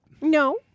No